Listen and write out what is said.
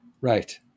Right